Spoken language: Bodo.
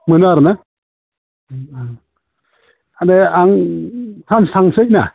मोनो आरो ना माने आं सानसे थांनोसै ना